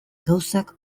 gauzak